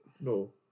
No